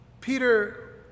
Peter